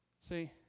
see